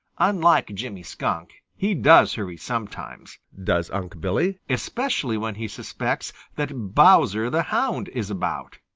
unlike jimmy skunk, he does hurry sometimes, does unc' billy, especially when he suspects that bowser the hound is about.